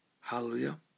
Hallelujah